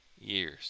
years